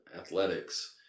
athletics